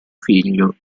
figlio